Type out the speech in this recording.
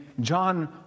John